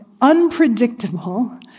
unpredictable